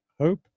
hope